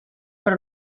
per